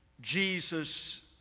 Jesus